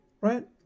Right